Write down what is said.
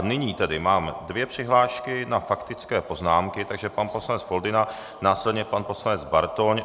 Nyní mám dvě přihlášky na faktické poznámky, takže pan poslanec Foldyna, následně pan poslanec Bartoň.